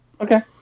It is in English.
Okay